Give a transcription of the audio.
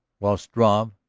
while struve,